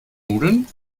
nudeln